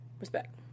respect